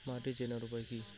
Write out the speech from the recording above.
মাটি চেনার উপায় কি?